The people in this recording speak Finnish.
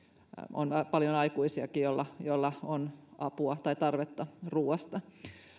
on paljon aikuisiakin joilla on tarvetta ruoasta